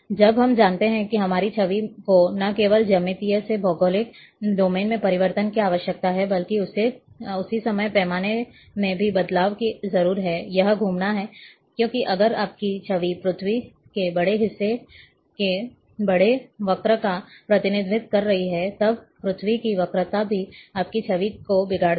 जब हम जानते हैं कि हमारी छवि को न केवल ज्यामितीय से भौगोलिक डोमेन में परिवर्तन की आवश्यकता है बल्कि उसी समय पैमाने में भी बदलाव कि जरूर है यह घूमना है क्योंकि अगर आपकी छवि पृथ्वी के बड़े हिस्से के बड़े वक्र का प्रतिनिधित्व कर रही है तब पृथ्वी की वक्रता भी आपकी छवि को बिगाड़ देगी